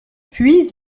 puis